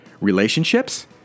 Relationships